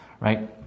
right